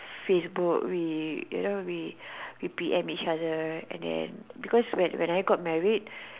Facebook we you know we P_M each other and then because when when I got married